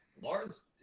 lars